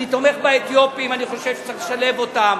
אני תומך באתיופים, אני חושב שצריך לשלב אותם.